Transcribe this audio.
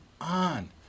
on